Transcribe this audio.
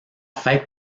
fête